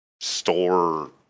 store